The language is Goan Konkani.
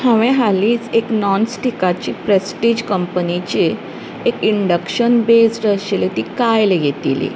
हांवें हालींच एक नाॅन स्टिकाची प्रेस्टिज कंपनीची एक इंडक्शन बेज्ड आशिल्ली ती कायल घेतिल्ली